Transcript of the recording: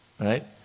right